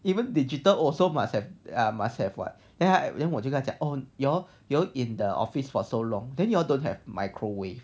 even digital also must have a must have [what] ya and then 我就跟他讲 on your your all in the office for so long then you all don't have microwave